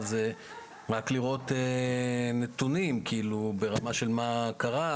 זה רק לראות נתונים ברמה של מה קרה,